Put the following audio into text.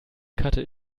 karte